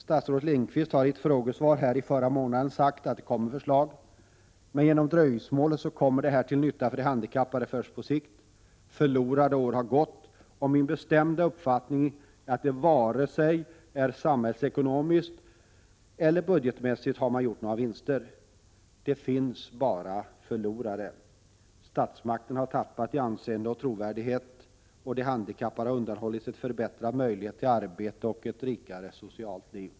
Statsrådet Lindqvist har i ett frågesvar här i förra månaden förklarat att det kommer ett förslag. Men genom dröjsmålet kommer detta till nytta för de handikappade först på sikt. Förlorade år har gått, och min bestämda uppfattning är att man varken samhällsekonomiskt eller budgetmässigt har gjort några vinster. Det finns bara förlorare. Statsmakten har tappat i anseende och trovärdighet. De handikappade har undanhållits en förbättrad 157 möjlighet till arbete och ett rikare socialt liv.